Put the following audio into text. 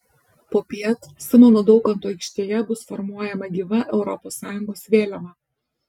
popiet simono daukanto aikštėje bus formuojama gyva europos sąjungos vėliava